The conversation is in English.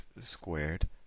squared